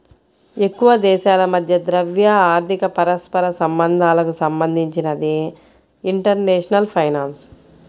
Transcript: ఎక్కువదేశాల మధ్య ద్రవ్య, ఆర్థిక పరస్పర సంబంధాలకు సంబంధించినదే ఇంటర్నేషనల్ ఫైనాన్స్